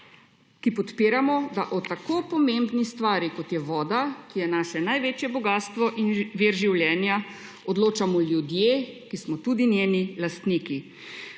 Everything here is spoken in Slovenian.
ki podpiramo, da o tako pomembni stvari, kot je voda, ki je naše največje bogastvo in vir življenja, odločamo ljudje, ki smo tudi njeni lastniki.